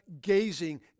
gazing